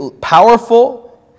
powerful